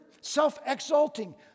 self-exalting